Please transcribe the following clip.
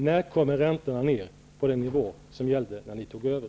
När kommer räntorna ner på den nivå som gällde när ni tog över?